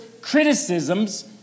criticisms